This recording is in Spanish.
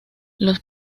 los